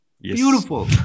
Beautiful